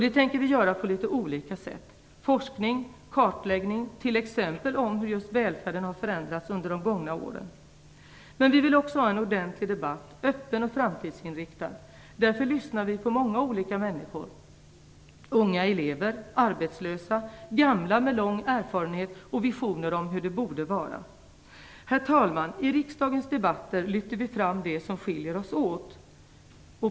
Det tänker vi göra på litet olika sätt, genom forskning och kartläggning av hur exempelvis välfärden har förändrats under de gångna åren. Men vi vill också ha en ordentlig debatt som är öppen och framtidsinriktad. Därför lyssnar vi på många olika människor: unga elever, arbetslösa och gamla med lång erfarenhet och visioner om hur det borde vara. Herr talman! I riksdagens debatter lyfter vi fram det som skiljer oss åt.